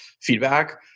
feedback